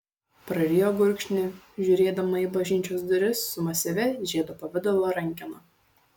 prarijo gurkšnį žiūrėdama į bažnyčios duris su masyvia žiedo pavidalo rankena